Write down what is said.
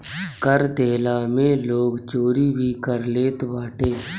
कर देहला में लोग चोरी भी कर लेत बाटे